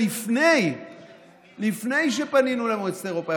לפני שפנינו למועצת אירופה.